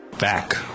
Back